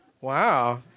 Wow